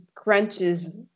crunches